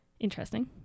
interesting